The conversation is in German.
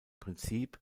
prinzip